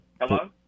hello